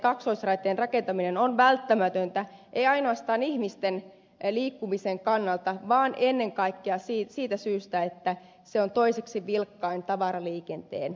kaksoisraiteen rakentaminen on välttämätöntä ei ainoastaan ihmisen liikkumisen kannalta vaan ennen kaikkea siitä syystä että se on toiseksi vilkkain tavaraliikenteen väylä